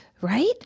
right